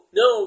no